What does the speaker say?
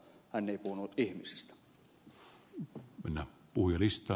hän ei puhunut ihmisistä